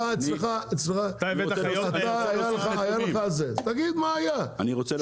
אתה היה אצלך תגיד מה היה,